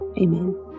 amen